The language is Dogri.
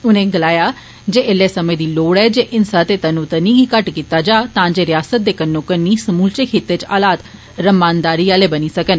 उने गलाया जे ऐल्लै समें दी लोड़ ऐ जे हिंसा ते तनोतनी गी घट्ट कीता जा तांजे रिआसत दे कन्नो कन्नी समूलचे खित्ते च हालात रमानदारी आहले बनी सकन